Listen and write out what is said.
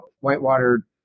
whitewater